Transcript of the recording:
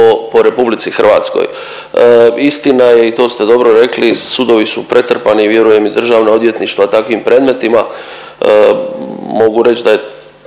ilegalnih po, po RH. Istina je i to ste dobro rekli sudovi su pretrpani vjerujem i državna odvjetništva takvim predmetima. Mogu reći da